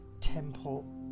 temple